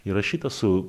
įrašyta su